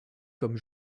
comme